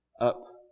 up